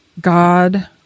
God